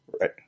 Right